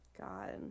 God